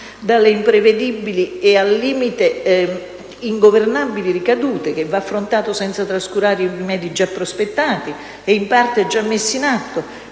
dalle imprevedibili e al limite ingovernabili ricadute, che va affrontata senza trascurare i rimedi già prospettati e in parte già messi in atto,